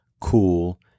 cool